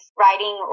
writing